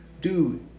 Dude